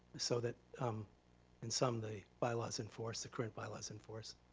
so that in sum, the bylaw's in force, the current bylaw's in force.